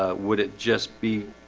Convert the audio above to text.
ah would it just be?